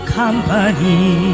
company